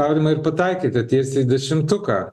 aurimai ir pataikėte tiesiai į dešimtuką